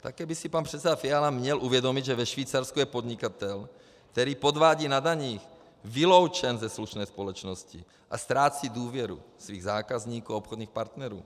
Také by si pan předseda Fiala měl uvědomit, že ve Švýcarsku je podnikatel, který podvádí na daních, vyloučen ze slušné společnosti a ztrácí důvěru svých zákazníků a obchodních partnerů.